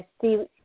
see